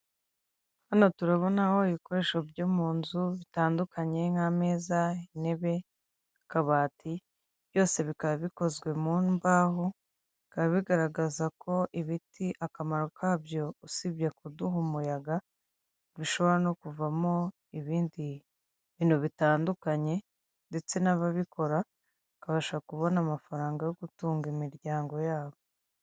Hano turabonaho ibikoresho byo mu nzu bitandukanye nk'ameza, intebe, akabati byose bikaba bikozwe mu mbaho, bikaba bigaragaza ko ibiti akamaro kabyo usibye kuduha umuyaga bishobora no kuvamo ibindi bintu bitandukanye ndetse n'ababiko bakabasha kubona amafaranga yo gutunga imiryango y'abo.